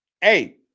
hey